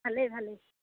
ভালেই ভালেই